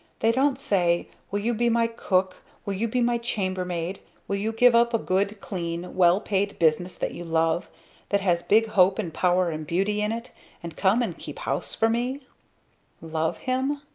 they don't say, will you be my cook will you be my chamber maid will you give up a good clean well-paid business that you love that has big hope and power and beauty in it and come and keep house for me love him?